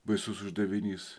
baisus uždavinys